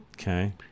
Okay